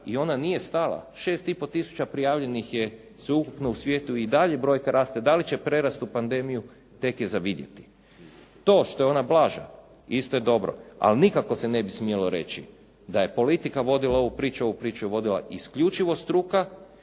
i ona nije stala. 6 i pol tisuća prijavljenih je sveukupno u svijetu. I dalje brojka raste. Da li će prerasti u pandemiju tek je za vidjeti. To što je ona blaža isto je dobro, ali nikako se ne bi smjelo reći da je politika vodila ovu priču. Ovu priču je vodila isključivo struka